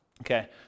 Okay